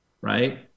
right